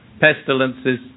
pestilences